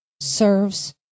serves